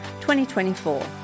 2024